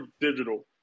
digital